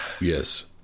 Yes